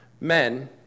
Men